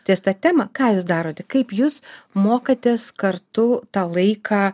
ties ta temą ką jūs darote kaip jūs mokotės kartu tą laiką